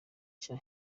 nshya